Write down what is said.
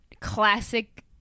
classic